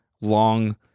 long